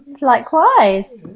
Likewise